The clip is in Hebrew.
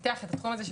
שתפתח את התחום הזה,